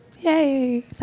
Yay